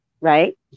Right